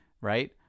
right